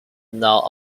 known